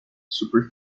super